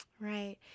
Right